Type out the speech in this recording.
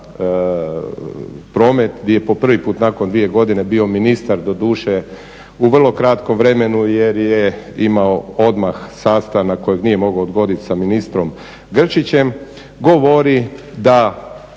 promet gdje je po prvi put nakon 2 godine bio ministar, doduše, u vrlo kratkom vremenu jer je imao odmah sastanak kojeg nije mogao odgoditi sa ministrom Grčićem, govori da